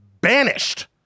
banished